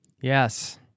Yes